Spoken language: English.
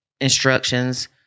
instructions